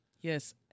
yes